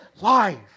life